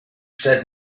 said